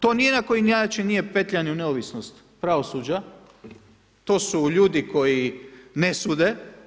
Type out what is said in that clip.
To ni na koji način nije petljanje u neovisnost pravosuđa, to su ljudi koji ne sude.